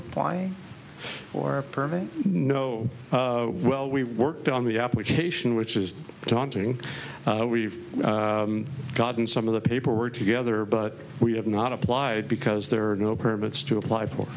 applying for a permit no well we worked on the application which is taunting we've gotten some of the paperwork together but we have not applied because there are no permits to apply for